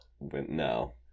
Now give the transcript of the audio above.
No